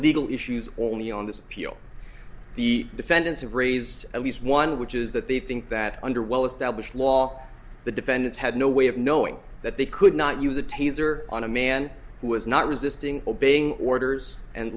legal issues only on this appeal the defendants have raised at least one of which is that they think that under well established law the defendants had no way of knowing that they could not use a taser on a man who was not resisting obeying orders and